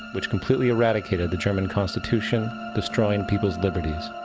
which completely erradicated the german constitution destroying people's liberties.